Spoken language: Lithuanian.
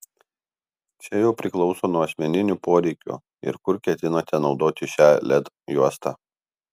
čia jau priklauso nuo asmeninių poreikių ir kur ketinate naudoti šią led juostą